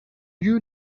you